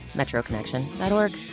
metroconnection.org